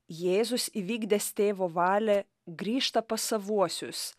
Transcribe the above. jėzus įvykdęs tėvo valią grįžta pas savuosius